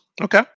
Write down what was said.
Okay